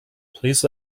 please